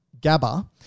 GABA